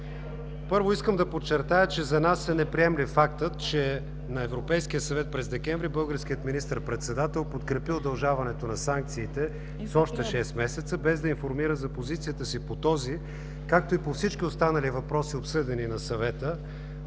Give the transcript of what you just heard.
Първо, искам да подчертая, че за нас е неприемлив фактът, че на Европейския съвет през декември българският министър-председател подкрепи удължаването на санкциите с още шест месеца, без да информира за позицията си по този, както и по всички останали въпроси, обсъдени на Съвета,